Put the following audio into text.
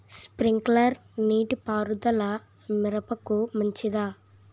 Sprinkler నీటిపారుదల మిరపకు మంచిదా?